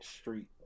street